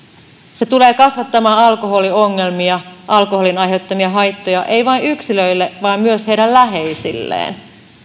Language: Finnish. se tulee kasvattamaan alkoholiongelmia ja alkoholin aiheuttamia haittoja ei vain yksilöille vaan myös heidän läheisilleen